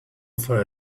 for